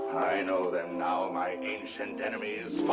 i know them now, ah my ancient enemies!